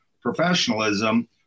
professionalism